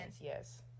yes